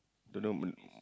don't know